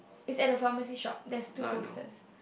is at the pharmacy shop there's two posters